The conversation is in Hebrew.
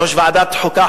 ראש ועדת חוקה,